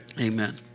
Amen